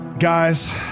Guys